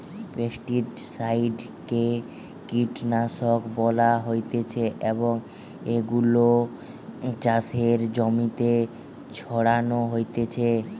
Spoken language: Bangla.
পেস্টিসাইড কে কীটনাশক বলা হতিছে এবং এগুলো চাষের জমিতে ছড়ানো হতিছে